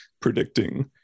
predicting